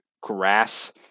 grass